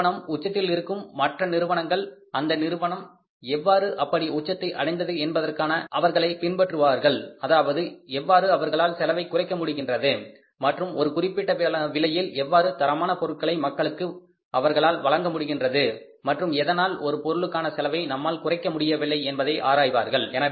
ஒரு நிறுவனம் உச்சத்தில் இருக்கும் மற்ற நிறுவனங்கள் அந்த நிறுவனம் எவ்வாறு அப்படி உச்சத்தை அடைந்தது என்பதற்காக அவர்களை பின்பற்றுவார்கள் அதாவது எவ்வாறு அவர்களால் செலவை குறைக்க முடிகின்றது மற்றும் ஒரு குறிப்பிட்ட விலையில் எவ்வாறு தரமான பொருட்களை மக்களுக்கு அவர்களால் வழங்க முடிகின்றது மற்றும் எதனால் ஒரு பொருளுக்கான செலவை நம்மால் குறைக்க முடியவில்லை என்பதை ஆராய்வார்கள்